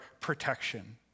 protection